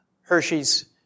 Hershey's